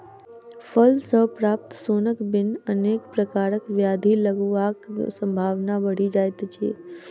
फल सॅ प्राप्त सोनक बिन अनेक प्रकारक ब्याधि लगबाक संभावना बढ़ि जाइत अछि